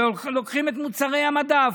ולוקחים את מוצרי המדף: